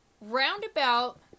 Roundabout